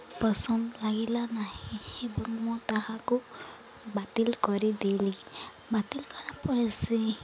ପସନ୍ଦ ଲାଗିଲା ନାହିଁ ଏବଂ ମୁଁ ତାହାକୁ ବାତିଲ କରିଦେଲି ବାତିଲ କଲାପରେ ସେ